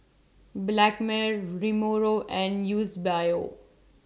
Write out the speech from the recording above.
blackmail Ramiro and Eusebio